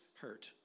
hurt